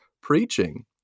preaching